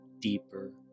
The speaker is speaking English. deeper